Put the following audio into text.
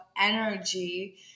energy